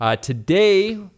Today